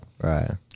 Right